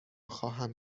خواهم